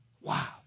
Wow